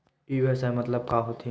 ई व्यवसाय मतलब का होथे?